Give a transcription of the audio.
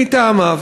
מטעמיו,